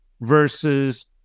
versus